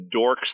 dorks